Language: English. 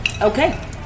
Okay